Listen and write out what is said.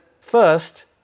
first